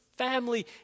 Family